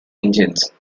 engines